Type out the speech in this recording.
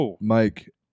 Mike